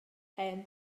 hen